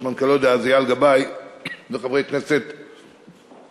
מנכ"לו דאז אייל גבאי וחברי כנסת רבים,